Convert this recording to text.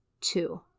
two